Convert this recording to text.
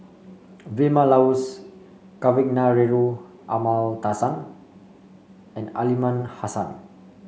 Vilma Laus Kavignareru Amallathasan and Aliman Hassan